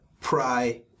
pry